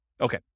Okay